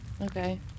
Okay